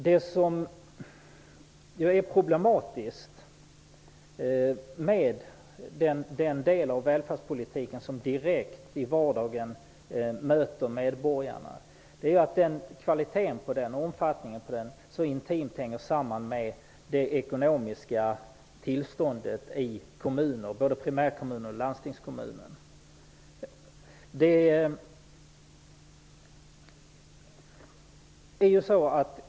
Det som är problematiskt med den del av välfärdspolitiken som direkt i vardagen möter människorna är att kvaliteten och omfattningen på den så intimt sammanhänger med det ekonomiska tillståndet i kommuner, både primär och landstingskommuner.